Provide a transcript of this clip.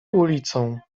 ulicą